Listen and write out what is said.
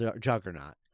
juggernaut